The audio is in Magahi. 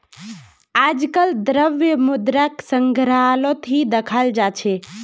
आजकल द्रव्य मुद्राक संग्रहालत ही दखाल जा छे